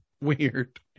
weird